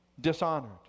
dishonored